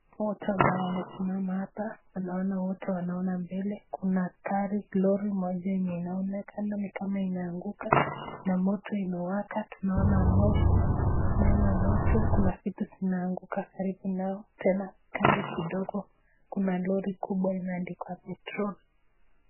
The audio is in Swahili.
Watu ambao wamesimama hapa. Naona wote wanaona mbele. Kuna gari, lori moja yenye inaonekana ni kama imeanguka na moto imewaka. Tunaona moshi, tunaona moto. Kuna vitu zimeanguka karibu nao. Tena kando kidogo kuna lori kubwa imeandikwa Petrol .